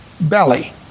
belly